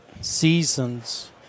seasons